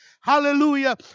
hallelujah